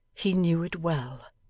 he knew it well.